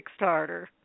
Kickstarter